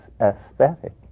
aesthetic